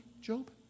Job